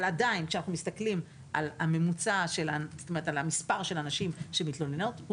אבל עדיין כשאנחנו מסתכלים על המספר של הנשים שמתלוננות,